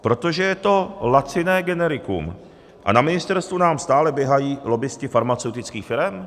Protože je to laciné generikum a na ministerstvu nám stále běhají lobbisti farmaceutických virem?